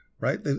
right